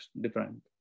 different